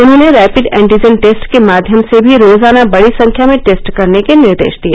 उन्होंने rapid antigen test के माध्यम से भी रोजाना बड़ी संख्या में टेस्ट करने के निर्देश दिए